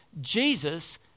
Jesus